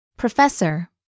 Professor